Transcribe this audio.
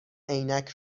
عینک